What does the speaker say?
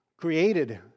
Created